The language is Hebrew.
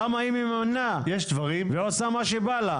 למה היא ממנה ועושה מה שבא לה?